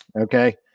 Okay